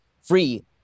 free